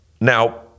Now